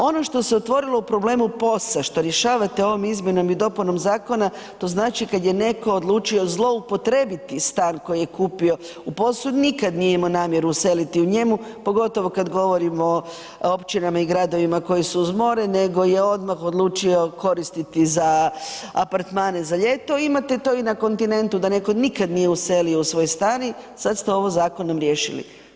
Ono što se otvorilo u problemu POS-a, što rješavate ovom izmjenom i dopunom zakona, to znači kad je netko odlučio zloupotrijebiti stan koji je kupio u POS-u, nikad nije imao namjeru useliti u njemu, pogotovo kad govorimo o općinama i gradovima koji su uz more, nego je odmah odlučio koristiti za apartmane za ljeto i imate to na kontinentu, da netko nikad nije uselio u svoj stan i sad ste ovo zakonom riješili.